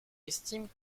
estiment